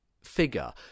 figure